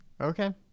Okay